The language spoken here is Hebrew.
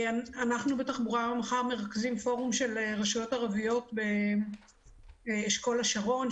אנחנו בתחבורה היום ומחר מרכזים פורום של רשויות ערביות באשכול השרון,